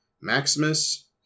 maximus